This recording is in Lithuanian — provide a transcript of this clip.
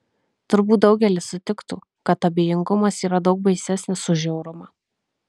turbūt daugelis sutiktų kad abejingumas yra daug baisesnis už žiaurumą